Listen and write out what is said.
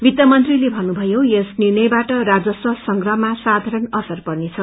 वित्त मंत्रीले मन्नुमयो यस निर्णयबाट राजस्व संग्रहमा साथारण असर पर्नेछ